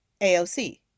AOC